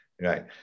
Right